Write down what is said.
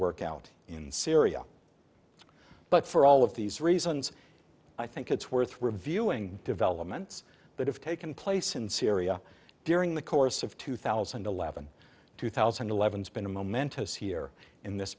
work out in syria but for all of these reasons i think it's worth reviewing developments that have taken place in syria during the course of two thousand and eleven two thousand and eleven it's been a momentous here in this